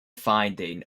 finding